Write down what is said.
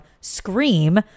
scream